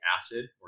acid